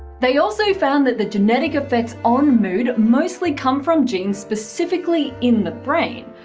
they also found that the genetic effects on mood mostly come from genes specifically in the brain.